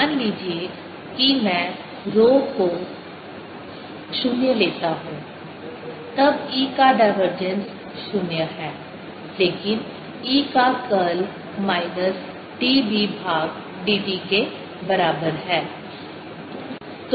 मान लीजिए कि मैं रो r को 0 लेता हूं तब E का डाइवर्जेंस 0 है लेकिन E का कर्ल माइनस dB भाग dt के बराबर है